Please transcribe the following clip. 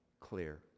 clear